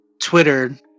twitter